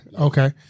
okay